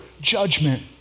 judgment